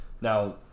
Now